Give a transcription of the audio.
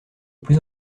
plus